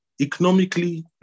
economically